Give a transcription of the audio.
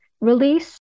release